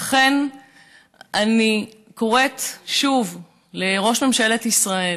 לכן אני קוראת שוב לראש ממשלת ישראל